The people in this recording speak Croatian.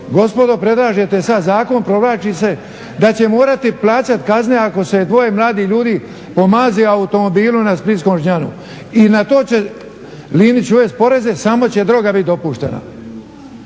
gospodo predlažete sad zakon, provlači se da će morati plaćati kazne ako se dvoje mladih ljudi pomazi u automobilu na splitskom Žnjanu i na to će Linić uvesti poreze samo će droga biti dopuštena.